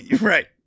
Right